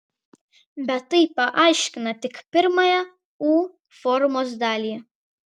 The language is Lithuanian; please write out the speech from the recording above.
bet tai paaiškina tik pirmąją u formos dalį